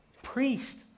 priest